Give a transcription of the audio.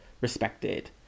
respected